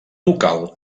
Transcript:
local